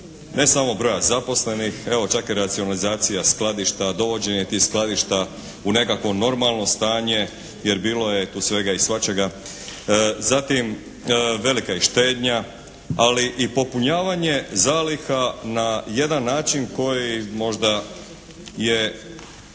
ne samo broja zaposlenih. Evo čak i racionalizacija skladišta, dovođenje tih skladišta u nekakvo normalno stanje jer bilo je tu svega i svačega. Zatim velika je štednja. Ali i popunjavanje zaliha na jedan način koji možda je